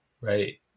right